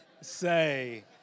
say